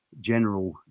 general